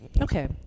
Okay